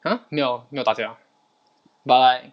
!huh! 没有没有打架 but like